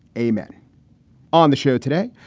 a man on the show today,